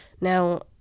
Now